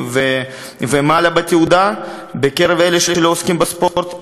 ומעלה בתעודה בקרב אלה שלא עוסקים בספורט,